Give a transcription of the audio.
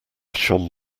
shone